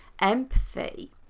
Empathy